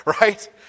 right